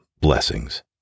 blessings